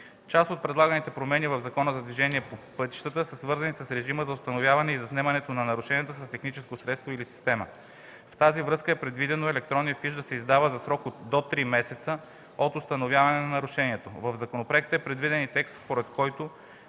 Част от предлаганите промени в Закона за движението по пътищата са свързани с режима на установяването и заснемането на нарушенията с техническо средство или система. В тази връзка е предвидено електронният фиш да се издава за срок до 3 месеца от установяване на нарушението. В законопроекта е предвиден и текст, според който,